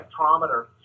spectrometer